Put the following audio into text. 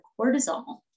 cortisol